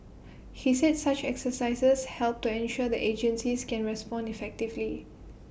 he said such exercises help to ensure the agencies can respond effectively